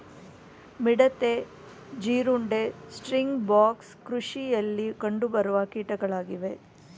ಮಿಡತೆ, ಜೀರುಂಡೆ, sting bugs ಕೃಷಿಯಲ್ಲಿ ಕಂಡುಬರುವ ಕೀಟಗಳಾಗಿವೆ